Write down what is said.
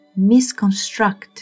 misconstruct